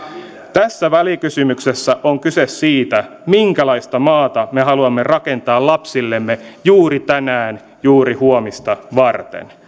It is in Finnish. tässä välikysymyksessä on kyse siitä minkälaista maata me haluamme rakentaa lapsillemme juuri tänään juuri huomista varten